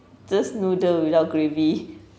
just noodle without gravy